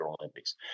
Olympics